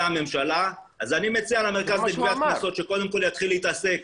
הממשלה; אז אני מציע למרכז לגביית קנסות שקודם כל יתחיל להתעסק